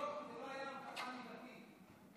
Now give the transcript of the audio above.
זו לא הייתה הבטחה ליבתית.